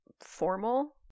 formal